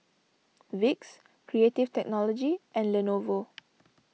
Vicks Creative Technology and Lenovo